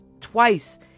twice